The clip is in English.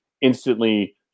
instantly